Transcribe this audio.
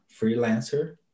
freelancer